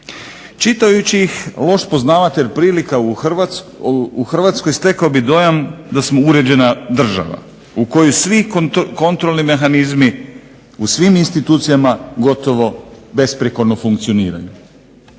Čitajući ih loš poznavatelj prilika u Hrvatskoj stekao bi dojam da smo uređena država u kojoj svi kontrolni mehanizmi u svim institucijama gotovo besprijekorno funkcioniraju.